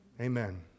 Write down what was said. Amen